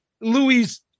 Louis